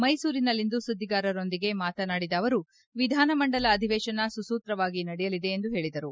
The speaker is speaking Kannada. ಮೈಸೂರಿನಲ್ಲಿಂದು ಸುದ್ಗಿಗಾರರೊಂದಿಗೆ ಮಾತನಾಡಿದ ಅವರು ವಿಧಾನಮಂಡಲ ಅಧಿವೇಶನ ಸುಸೂತವಾಗಿ ನಡೆಯಲಿದೆ ಎಂದು ಹೇಳಿದರು